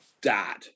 dad